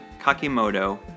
Kakimoto